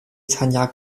参加